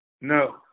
No